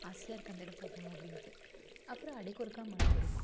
ஆசையாக இருக்குது அந்த இடம் போகணும் அப்படின்ட்டு அப்றம் அடிக்கொருக்கா மலை வருமாம்